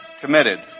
committed